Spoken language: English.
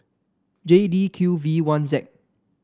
J D Q V one Z